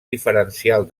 diferencial